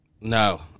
No